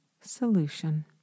Solution